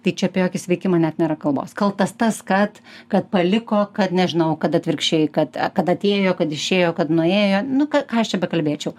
tai čia apie jokį sveikimą net nėra kalbos kaltas tas kad kad paliko kad nežinau kad atvirkščiai kad kad atėjo kad išėjo kad nuėjo nu ką ką aš čia bekalbėčiau